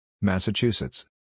Massachusetts